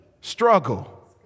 struggle